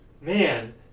man